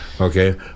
Okay